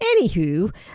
anywho